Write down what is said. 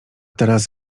teraz